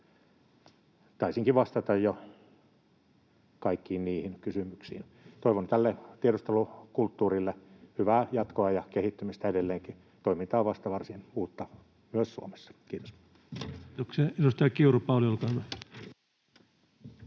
Taisinkin vastata jo kaikkiin niihin kysymyksiin. Toivon tälle tiedustelukulttuurille hyvää jatkoa ja kehittymistä edelleenkin. Toiminta on vasta varsin uutta myös Suomessa. — Kiitos.